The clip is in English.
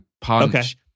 punch